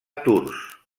tours